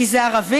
כי זה ערבים?